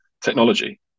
technology